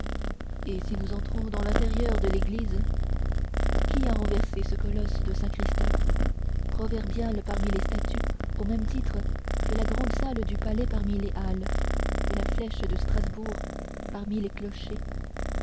et si nous entrons dans l'intérieur de l'édifice qui a renversé ce colosse de saint christophe proverbial parmi les statues au même titre que la grand salle du palais parmi les halles que la flèche de strasbourg parmi les clochers